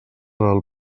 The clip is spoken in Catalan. del